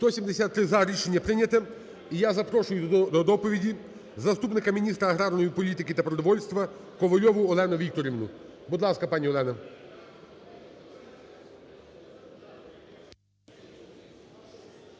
За-173 Рішення прийняте. І я запрошую до доповіді заступника міністра аграрної політики та продовольства Ковальову Олену Вікторівну. Будь ласка, пані Олена.